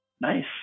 nice